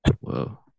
Whoa